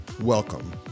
Welcome